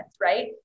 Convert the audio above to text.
right